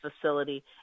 facility